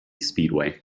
speedway